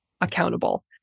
accountable